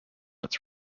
its